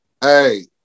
Hey